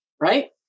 right